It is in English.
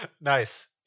Nice